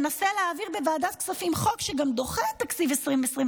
ננסה להעביר בוועדת הכספים חוק שגם דוחה את תקציב 2024,